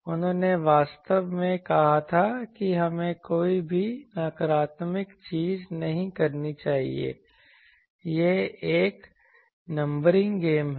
उन्होंने वास्तव में कहा था कि हमें कोई भी नकारात्मक चीज नहीं करनी चाहिए यह एक नंबरिंग गेम है